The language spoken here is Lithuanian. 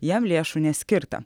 jam lėšų neskirta